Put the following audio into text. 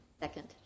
Second